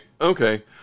Okay